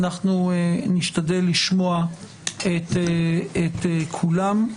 ואנחנו נשתדל לשמוע את כולם.